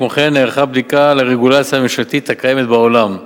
כמו כן נערכה בדיקה של הרגולציה הממשלתית הקיימת בעולם.